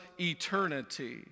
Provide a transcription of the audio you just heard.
eternity